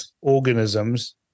organisms